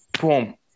boom